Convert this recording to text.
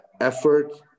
effort